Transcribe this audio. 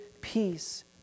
peace